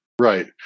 right